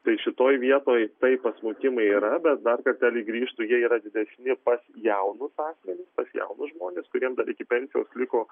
tai šitoj vietoj taip pasmukimai yra bet dar kartelį grįžtu jie yra didesni pas jaunus asmenis pas jaunus žmones kuriems dar iki pensijos liko